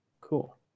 Cool